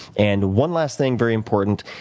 and one last thing, very important,